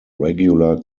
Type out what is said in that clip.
regular